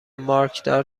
مارکدار